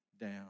down